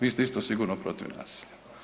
Vi ste isto sigurno protiv nasilja.